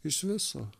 iš viso